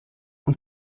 und